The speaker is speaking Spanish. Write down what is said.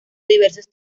diversos